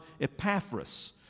Epaphras